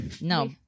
No